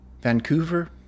Vancouver